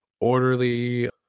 orderly